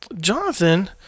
Jonathan